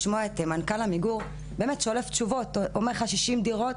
לשמוע את מנכל עמיגור שולף תשובות אומר לך60 דירות,